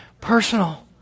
Personal